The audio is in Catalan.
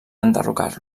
enderrocar